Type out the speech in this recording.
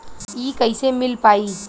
इ कईसे मिल पाई?